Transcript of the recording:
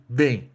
bem